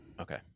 Okay